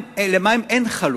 למים אין חלופה.